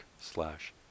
slash